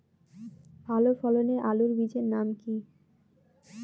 ভালো ফলনের আলুর বীজের নাম কি?